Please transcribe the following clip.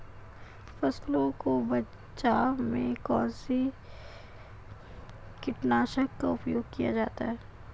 फसलों के बचाव में कौनसा कीटनाशक का उपयोग किया जाता है?